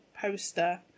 poster